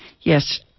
Yes